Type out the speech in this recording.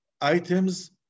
items